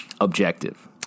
Objective